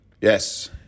Yes